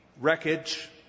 wreckage